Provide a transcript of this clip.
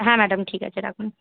হ্যাঁ ম্যাডাম ঠিক আছে রাখুন